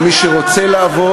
יאיר,